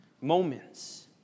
moments